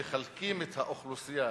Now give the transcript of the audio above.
מחלקים את האוכלוסייה,